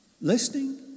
listening